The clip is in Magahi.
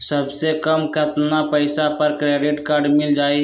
सबसे कम कतना पैसा पर क्रेडिट काड मिल जाई?